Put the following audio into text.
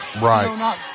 right